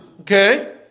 Okay